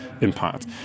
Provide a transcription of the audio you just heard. impact